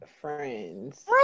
friends